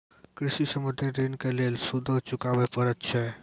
कृषि संबंधी ॠण के लेल सूदो चुकावे पड़त छै?